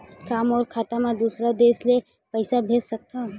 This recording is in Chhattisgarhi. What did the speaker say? का मोर खाता म दूसरा देश ले पईसा भेज सकथव?